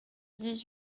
dix